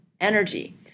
energy